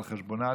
על חשבונה,